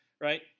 right